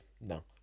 no